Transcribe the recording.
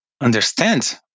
understand